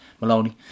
maloney